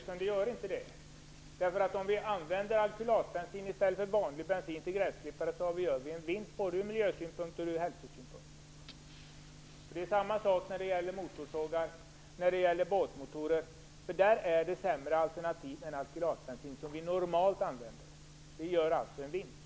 Herr talman! Nej, det gör inte det. Om vi använder alkylatbensin i stället för vanlig bensin till gräsklippare gör vi en vinst både ur miljösynpunkt och ur hälsosynpunkt. Det är samma sak när det gäller motorsågar och båtmotorer. För dessa använder vi normalt sämre alternativ än alkylatbensin. Man gör alltså en vinst om man använder alkylatbensin.